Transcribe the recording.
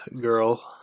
girl